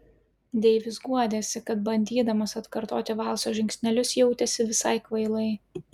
deivis guodėsi kad bandydamas atkartoti valso žingsnelius jautėsi visai kvailai